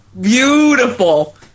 Beautiful